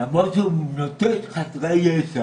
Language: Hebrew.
למרות שהוא נוטש חסר ישע.